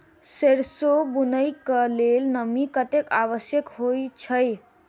सैरसो बुनय कऽ लेल नमी कतेक आवश्यक होइ छै?